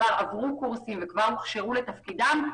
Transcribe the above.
שכבר עברו קורסים וכבר הוכשרו לתפקידם,